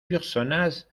personnages